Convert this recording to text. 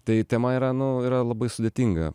tai tema yra nu yra labai sudėtinga